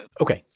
okay,